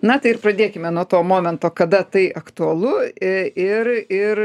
na tai ir pradėkime nuo to momento kada tai aktualu i ir ir